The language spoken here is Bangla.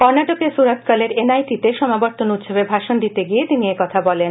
কর্ণাটকের সুরাতকলের এনআইটি তে সমাবর্তন উৎসবে ভাষণ দিতে গিয়ে তিনি একথা বলেন